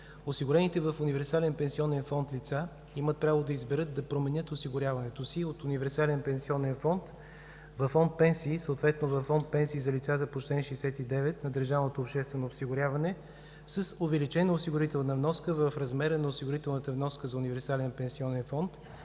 осигурените в универсален пенсионен фонд лица имат право да изберат да променят осигуряването си от универсален пенсионен фонд във фонд „Пенсии“, съответно във фонд „Пенсии“ за лицата по чл. 69 на държавното обществено осигуряване с увеличена осигурителна вноска в размера на осигурителната вноска за универсален пенсионен фонд